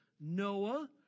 Noah